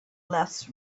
less